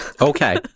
okay